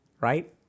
right